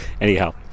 Anyhow